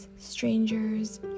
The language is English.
strangers